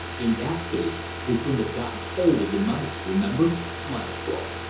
in that case we couldn't have gotten hold of the money, remember, smiled thorpe.